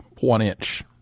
one-inch